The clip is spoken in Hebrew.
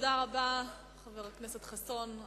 תודה רבה, חבר הכנסת חסון.